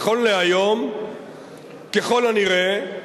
נכון להיום ככל הנראה,